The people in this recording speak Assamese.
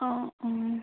অঁ অঁ